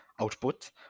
output